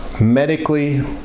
medically